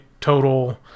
total